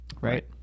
right